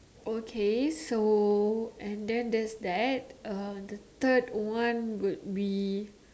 okay so and then there's that uh the third one would be